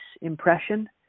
impression